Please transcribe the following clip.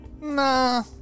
nah